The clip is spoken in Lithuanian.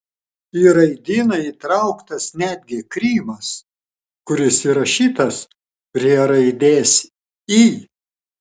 į raidyną įtrauktas netgi krymas kuris įrašytas prie raidės y